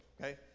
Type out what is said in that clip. okay